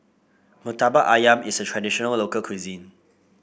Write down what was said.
Murtabak ayam is a traditional local cuisine